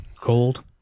cold